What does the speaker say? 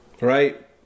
right